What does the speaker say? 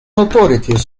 authorities